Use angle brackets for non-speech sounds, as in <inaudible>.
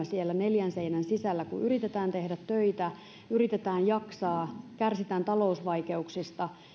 <unintelligible> siellä neljän seinän sisällä kun yritetään tehdä töitä yritetään jaksaa kärsitään talousvaikeuksista